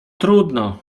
trudno